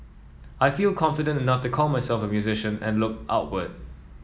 I feel confident enough to call myself a musician and look outward